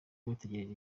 bategereje